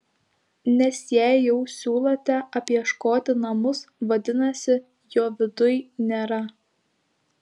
nes jei jau siūlote apieškoti namus vadinasi jo viduj nėra